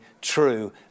true